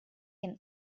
can